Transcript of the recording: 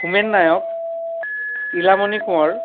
Homen Nayak Ilamoni Konwar